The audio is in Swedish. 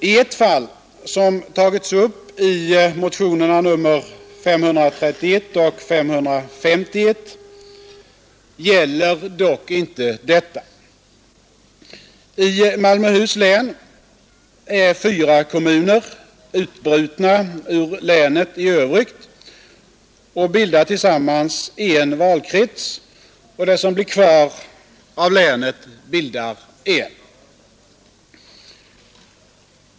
I ett fall, som tagits upp i motionerna 531 och 551, gäller dock inte detta. I Malmöhus län är fyra kommuner utbrutna ur länet i övrigt och bildar tillsammans en valkrets, och det som blir kvar av länet bildar en annan.